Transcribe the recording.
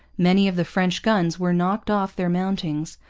many of the french guns were knocked off their mountings,